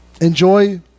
Enjoy